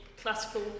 classical